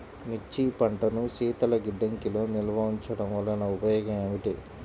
మిర్చి పంటను శీతల గిడ్డంగిలో నిల్వ ఉంచటం వలన ఉపయోగం ఏమిటి?